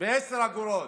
ועכשיו,